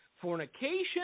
Fornication